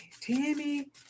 Tammy